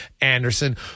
Anderson